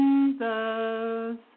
Jesus